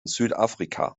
südafrika